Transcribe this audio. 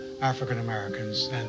African-Americans